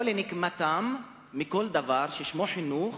או לנקמתם בכל דבר ששמו חינוך